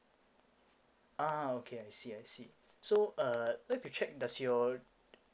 ah okay I see I see so uh like to check does your